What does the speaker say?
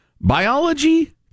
Biology